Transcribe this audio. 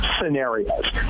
scenarios